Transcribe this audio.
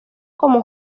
como